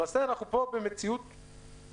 למעשה, אנחנו פה במציאות מקבילה.